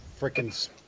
freaking –